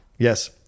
Yes